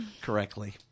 correctly